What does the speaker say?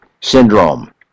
syndrome